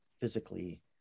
physically